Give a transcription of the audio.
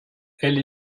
elle